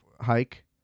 hike